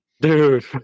Dude